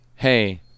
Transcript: Hey